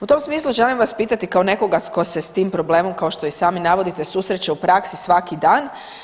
U tom smislu želim vas pitati kao nekoga tko se s tim problemom kao što i sami navodite susreće u praksi svaki dan.